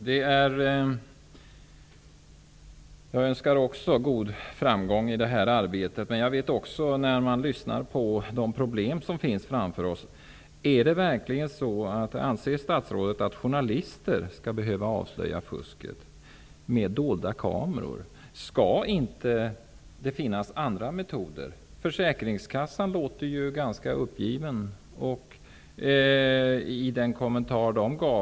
Herr talman! Jag önskar också statsrådet god framgång i detta arbete. Anser statsrådet verkligen att journalister skall behöva avslöja fusket med dolda kameror? Skall det inte finnas andra metoder? Försäkringskassan låter ju ganska uppgiven i sin kommentar.